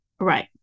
Right